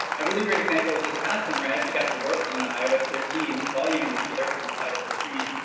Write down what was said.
a really great example is this past summer i actually got to work on the ios thirteen volume indicator on the side of the screen,